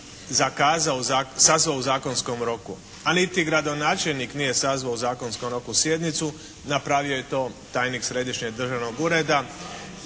sazvao u zakonskom roku, a niti gradonačelnik nije sazvao u zakonskom roku sjednicu, napravio je to tajnik Središnjeg državnog ureda